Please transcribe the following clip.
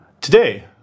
Today